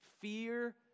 fear